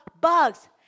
bugs